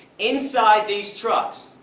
inside these trucks,